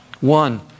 One